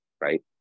right